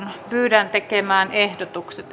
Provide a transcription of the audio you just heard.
pyydän tekemään ehdotukset